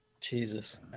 Jesus